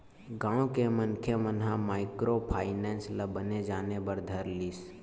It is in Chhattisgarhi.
गाँव के मनखे मन ह माइक्रो फायनेंस ल बने जाने बर धर लिस